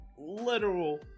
literal